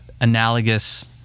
analogous